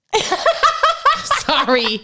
sorry